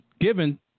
given